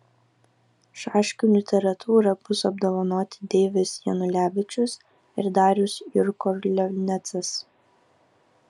šaškių literatūra bus apdovanoti deivis janulevičius ir darius jurkovlianecas